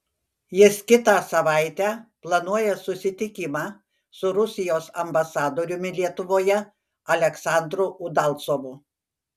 jis kitą savaitę planuoja susitikimą su rusijos ambasadoriumi lietuvoje aleksandru udalcovu